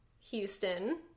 Houston